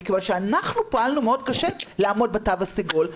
מכיוון שאנחנו פעלנו מאוד קשה לעמוד בתו הסגול.